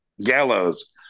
gallows